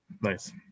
Nice